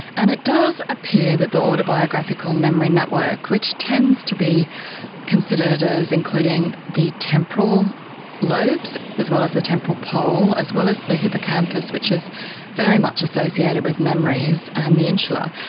and it does appear that the autobiographical memory network, which tends to be considered as including the temporal lobes as well as the temporal pole, as well as the hippocampus which is very much associated with the memories, and the insula.